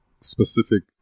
specific